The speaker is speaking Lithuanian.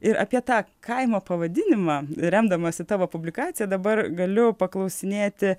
ir apie tą kaimo pavadinimą remdamasi tavo publikacija dabar galiu paklausinėti